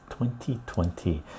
2020